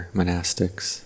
monastics